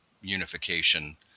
unification